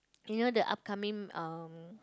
you know the upcoming um